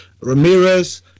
ramirez